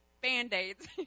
Band-Aids